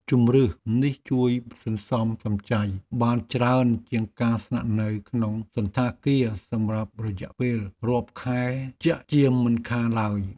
ជម្រើសនេះជួយសន្សំសំចៃបានច្រើនជាងការស្នាក់នៅក្នុងសណ្ឋាគារសម្រាប់រយៈពេលរាប់ខែជាក់ជាមិនខានឡើយ។